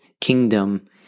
kingdom